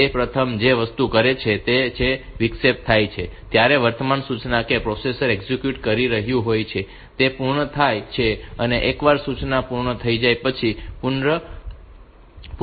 તે પ્રથમ જે વસ્તુ કરે છે તે એ કે વિક્ષેપો થાય ત્યારે વર્તમાન સૂચના કે જે પ્રોસેસર એક્ઝેક્યુટ કરી રહ્યું હોય છે તે પૂર્ણ થાય છે અને એકવાર સૂચના પૂર્ણ થઈ જાય પછી તે પુનઃપ્રારંભ ક્રમને શરૂ કરશે